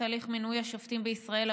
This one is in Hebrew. השופטים בישראל,